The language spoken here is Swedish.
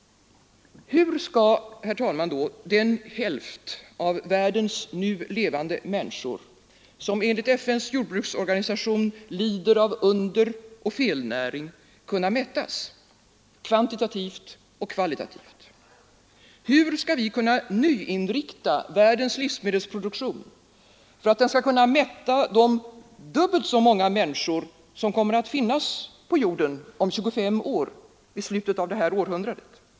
Hur skall, herr talman, då den hälft av världens nu levande människor, som enligt FN:s jordbruksorgan lider av underoch felnäring, kunna mättas, kvantitativt och kvalitativt? Hur skall vi kunna nyinrikta världens livsmedelsproduktion för att den skall kunna mätta de dubbelt så många människor som kommer att finnas på jorden om 25 år, i slutet av detta århundrade?